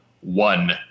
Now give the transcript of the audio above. one